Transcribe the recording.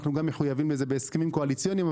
אנחנו מחויבים לזה בהסכמים קואליציוניים.